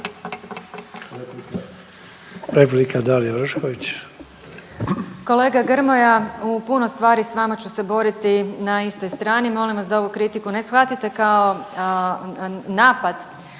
imenom i prezimenom)** Kolega Grmoja u puno stvari s vama ću se boriti na istoj strani. Molim vas da ovu kritiku ne shvatite kao napad,